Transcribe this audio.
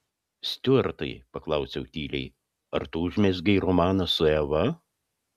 stiuartai paklausiau tyliai ar tu užmezgei romaną su eva